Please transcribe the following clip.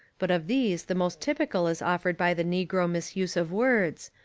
but of these the most typical is offered by the negro misuse of words,